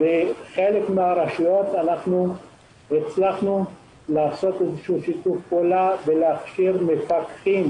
בחלק מן הרשויות הצלחנו לעשות שיתוף פעולה ולהכשיר מפקחים